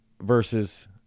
versus